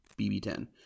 BB10